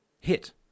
hit